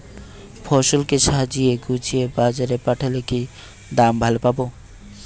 ফসল কে সাজিয়ে গুছিয়ে বাজারে পাঠালে কি দাম ভালো পাব?